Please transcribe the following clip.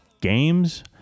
Games